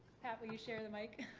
pat, will you share the mic?